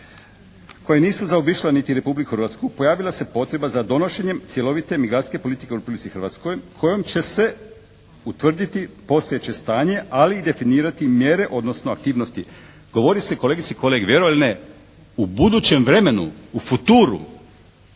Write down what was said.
koji nisu zaobišle niti Republiku Hrvatsku, pojavila se potreba za donošenjem cjelovite migracijske politike u Republici Hrvatskoj, kojom će se utvrditi postojeće stanje, ali i definirati mjere odnosno aktivnosti. Govori se kolegice i kolege vjerovali ili ne u budućem vremenu, u futuru.